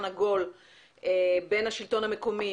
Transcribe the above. עגול בהשתתפות פורום של: השלטון המקומי,